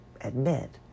admit